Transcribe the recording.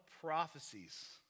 prophecies